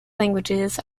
languages